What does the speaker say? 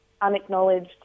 unacknowledged